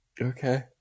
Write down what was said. Okay